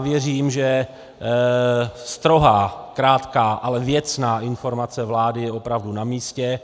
Věřím, že strohá, krátká, ale věcná informace vlády je opravdu namístě.